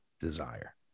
desire